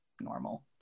normal